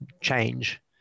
change